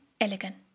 elegant